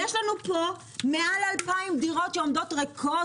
ש לנו פה מעל 2,000 דירות שעומדות ריקות,